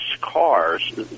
cars